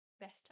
best